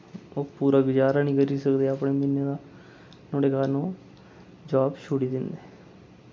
ओह् पूरा गुजारा नि करी सकदे अपने म्हीने दा नुआढ़े कारण ओह् जाब छोड़ी दिंदे